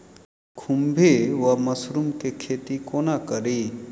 खुम्भी वा मसरू केँ खेती कोना कड़ी?